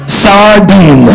sardine